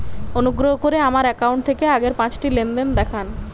অনুগ্রহ করে আমার অ্যাকাউন্ট থেকে আগের পাঁচটি লেনদেন দেখান